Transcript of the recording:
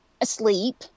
asleep